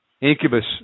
Incubus